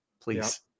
please